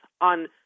on